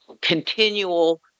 continual